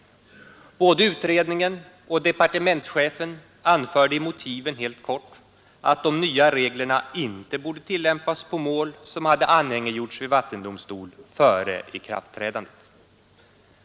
Både utredningen och departementschefen anförde i motiven helt kort att de nya reglerna inte borde tillämpas på mål som hade anhängiggjorts vid vattendomstol före ikraftträdandet.